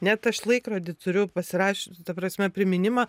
net aš laikrody turiu pasirašius ta prasme priminimą